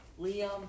Liam